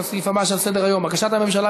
לסעיף הבא שעל סדר-היום: בקשת הממשלה,